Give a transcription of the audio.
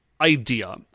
idea